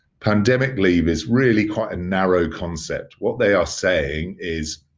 pandemic leave is really quite a narrow concept. what they are saying is